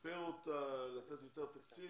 לשפר אותה, לתת יותר תקציב?